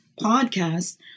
podcast